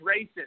racist